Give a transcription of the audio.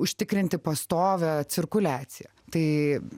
užtikrinti pastovią cirkuliaciją tai